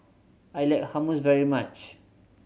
I like Hummus very much